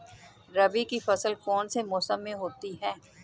रबी की फसल कौन से मौसम में होती है?